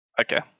okay